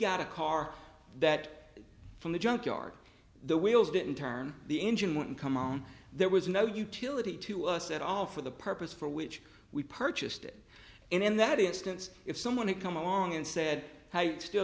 got a car that from the junkyard the wheels didn't turn the engine wouldn't come on there was no utility to us at all for the purpose for which we purchased it and in that instance if someone had come along and said